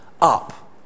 up